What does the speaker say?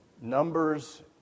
Numbers